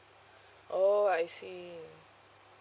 oh I see